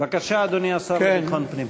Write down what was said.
בבקשה, אדוני השר לביטחון פנים.